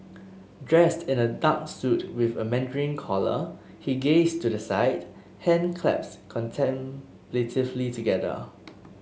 dressed in a dark suit with a mandarin collar he gazed to the side hand clasped contemplatively together